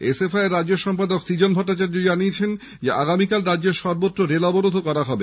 SFI এর রাজ্য সম্পাদক সৃজন ভট্টাচার্য জানিয়েছেন আগামীকাল রাজ্যের সর্বত্র রেল অবরোধও করা হবে